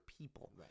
people